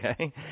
okay